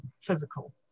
physical